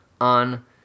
on